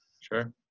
Sure